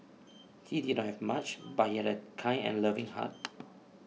he did not have much but he had a kind and loving heart